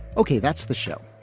ok. that's the show.